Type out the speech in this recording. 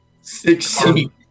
Sixteen